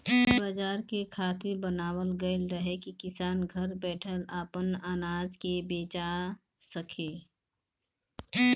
इ बाजार के इ खातिर बनावल गईल रहे की किसान घर बैठल आपन अनाज के बेचा सके